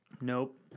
Nope